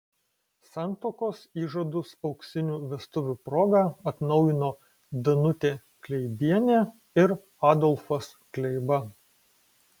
santuokos įžadus auksinių vestuvių proga atnaujino danutė kleibienė ir adolfas kleiba